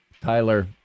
Tyler